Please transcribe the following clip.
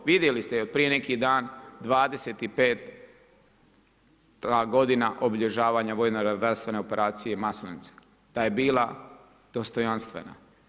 Vidjeli ste od prije neki dan 25. godina obilježavanja vojno redarstvene Operacija „Maslenica“ da je bila dostojanstvena.